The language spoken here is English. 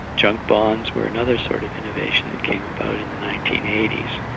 junk bonds were another sort of innovation that came about in the nineteen eighty s.